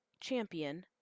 champion